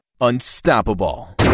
unstoppable